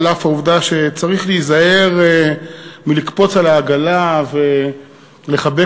אף שצריך להיזהר מלקפוץ על העגלה ולחבק